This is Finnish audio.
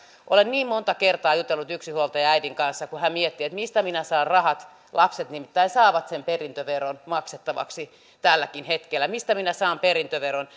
olen niin monta kertaa jutellut yksinhuoltajaäidin kanssa joka miettii mistä minä saan rahat lapset nimittäin saavat sen perintöveron maksettavakseen tälläkin hetkellä mistä minä saan rahat perintöveroon